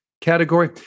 category